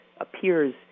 appears